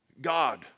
God